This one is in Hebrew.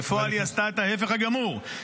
בפועל היא עשתה את ההפך הגמור,